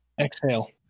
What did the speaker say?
Exhale